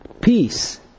peace